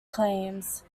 claims